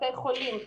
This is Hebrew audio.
בתי חולים.